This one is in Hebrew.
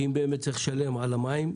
צריך לשלם על המים,